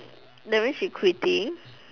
that mean she quitting